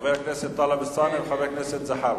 חבר הכנסת טלב אלסאנע וחבר הכנסת זחאלקה?